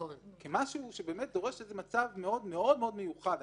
כמשהו שדורש מצב מאוד מאוד מיוחד.